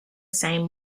same